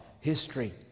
history